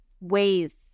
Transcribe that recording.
ways